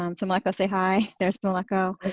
um so meleko say hi. there's meleko.